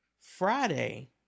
Friday